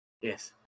Yes